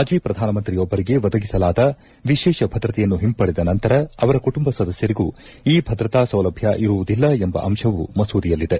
ಮಾಜಿ ಪ್ರಧಾನಮಂತ್ರಿಯೊಬ್ಲರಿಗೆ ಒದಗಿಸಲಾದ ವಿತೇಷ ಭದ್ರತೆಯನ್ನು ಹಿಂಪಡೆದ ನಂತರ ಅವರ ಕುಟುಂಬ ಸದಸ್ಟರಿಗೂ ಈ ಭದ್ರತಾ ಸೌಲಭ್ಯ ಇರುವುದಿಲ್ಲ ಎಂಬ ಅಂಶವೂ ಮಸೂದೆಯಲ್ಲಿದೆ